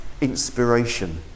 inspiration